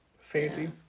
Fancy